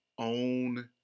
own